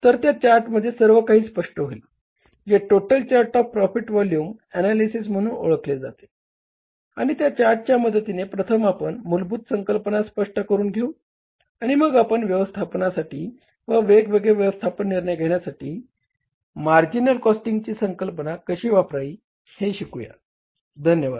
तर त्या चार्टमध्ये सर्व काही स्पष्ट होईल जे total chart of profit volume analysis म्हणून ओळखले जाते आणि त्या चार्टच्या मदतीने प्रथम आपण मूलभूत संकल्पना स्पष्ट करून घेऊया आणि मग आपण व्यवस्थापनासाठी व वेगवगेळे व्यवस्थापन निर्णय घेण्यासाठी मार्जिनल कॉस्टिंगची संकल्पना कशी वापरायची हे शिकूया धन्यवाद